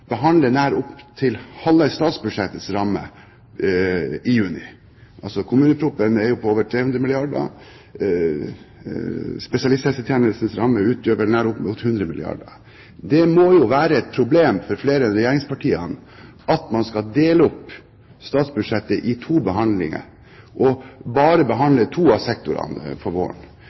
på over 300 milliarder kr, og spesialisthelsetjenestens ramme utgjør vel oppimot 100 milliarder kr. Det må jo være et problem for flere enn regjeringspartiene at man skal dele opp statsbudsjettet i to behandlinger, og bare behandle to av sektorene på våren.